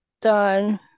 done